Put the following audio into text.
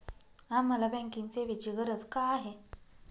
आम्हाला बँकिंग सेवेची गरज का आहे?